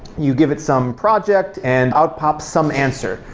you give it some project and i'll pop some answer.